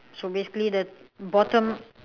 so basically that bottom